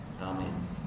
Amen